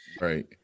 Right